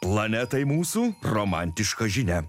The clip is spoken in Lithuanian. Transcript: planetai mūsų romantiška žinia